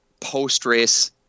post-race